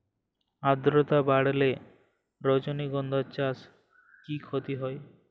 আদ্রর্তা বাড়লে রজনীগন্ধা চাষে কি ক্ষতি হয়?